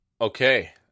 Okay